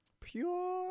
Pure